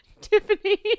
tiffany